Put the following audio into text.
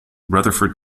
rutherford